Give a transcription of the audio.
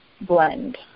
blend